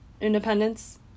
independence